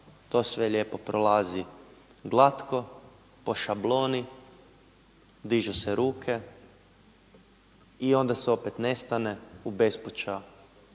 To sve lijepo prolazi glatko, po šabloni, dižu se ruke i onda se opet nestane u bespuća